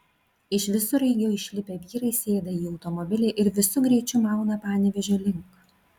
iš visureigio išlipę vyrai sėda į automobilį ir visu greičiu mauna panevėžio link